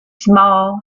small